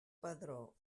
padró